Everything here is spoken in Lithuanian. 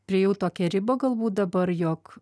priėjau tokią ribą galbūt dabar jog